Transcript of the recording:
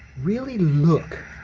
really look.